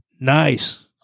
Nice